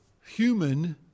human